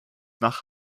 nach